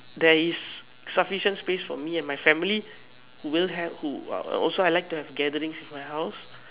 there is sufficient space for me and my family will have who will have who uh also I would like to have gatherings at my house